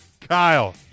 Kyle